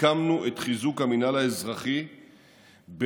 סיכמנו על חיזוק המינהל האזרחי באופן